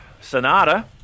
Sonata